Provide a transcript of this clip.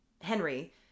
Henry